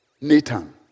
Nathan